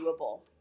doable